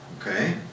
okay